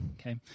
okay